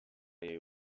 jej